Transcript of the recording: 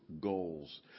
goals